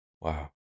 Wow